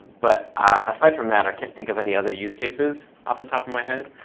but aside from that, i can't think of any other use cases off the top of my head.